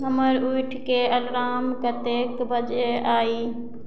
हमर उठऽके एलार्म कतेक बजेके अछि